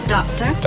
Doctor